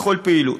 בכל פעילות.